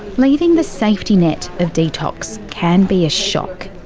leaving the safety net of detox can be a shock.